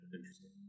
Interesting